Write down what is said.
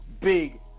big